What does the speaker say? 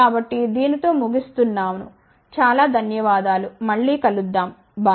కాబట్టి దానితో ముగిస్తున్నాను చాలా ధన్యవాదాలు మళ్ళీ కలుద్దాం బై